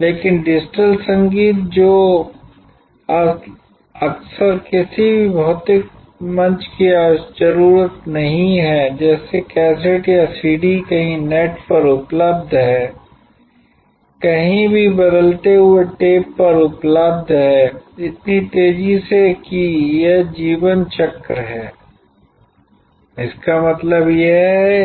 लेकिन डिजिटल संगीत जो अब अक्सर किसी भी भौतिक मंच की जरूरत नहीं है जैसे कैसेट या सीडी कहीं नेट पर उपलब्ध है कभी भी बदलते हुए टैप पर उपलब्ध है इतनी तेजी से कि यह जीवन चक्र है इसका मतलब यह है